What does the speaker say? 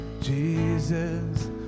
Jesus